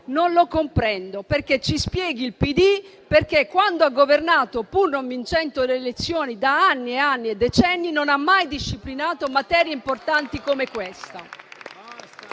non lo comprendo. Ci spieghi il PD perché, quando ha governato pur non vincendo le elezioni da anni e decenni, non ha mai disciplinato materie importanti come questa.